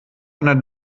einer